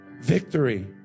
victory